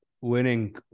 winning